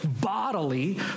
bodily